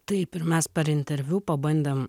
taip ir mes per interviu pabandėm